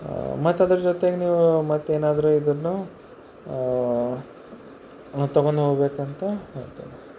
ಮತ್ತದ್ರ ಜೊತೆಗೆ ನೀವು ಮತ್ತೇನಾದರೂ ಇದ್ದರೂ ತೊಗೊಂಡೋಗ್ಬೇಕಂತ ಹೇಳ್ತೀನಿ